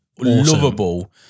lovable